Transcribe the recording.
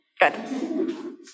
Good